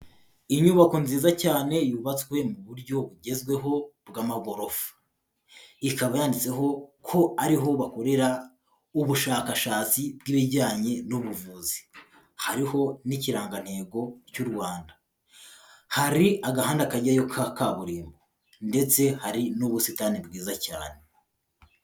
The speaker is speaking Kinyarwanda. Inyubako nziza cyane yubatswe mu buryo bugezweho bw'amagorofa, ikaba yanditseho ko ariho bakorera ubushakashatsi bw'ibijyanye n'ubuvuzi, hariho n'ikirangantego cy'u Rwanda, hari agahanda kajyayo ka kaburimbo ndetse hari n'ubusitani bwiza cyane.